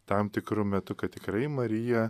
tam tikru metu kad tikrai marija